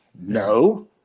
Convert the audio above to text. No